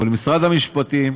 אבל משרד המשפטים,